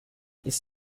ist